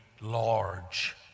large